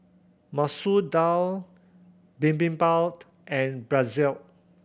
Masoor Dal Bibimbap and Pretzel